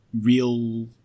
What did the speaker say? real